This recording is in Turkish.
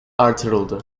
artırıldı